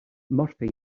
murphy